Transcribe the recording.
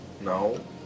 No